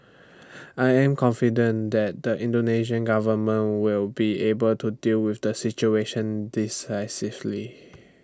I am confident that the Indonesian government will be able to deal with the situation decisively